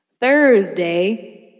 Thursday